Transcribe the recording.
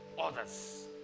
others